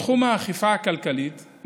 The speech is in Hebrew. בתחום האכיפה הכלכלית,